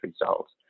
results